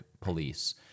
police